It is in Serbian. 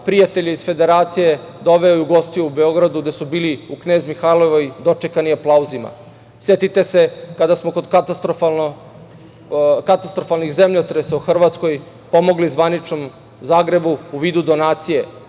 prijatelje iz Federacije doveo i ugostio u Beogradu, gde su bili u Knez Mihajlovoj dočekani aplauzima. Setite se kada smo kod katastrofalnih zemljotresa u Hrvatskoj pomogli zvaničnom Zagrebu u vidu donacije,